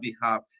behalf